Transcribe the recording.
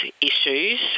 issues